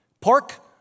Pork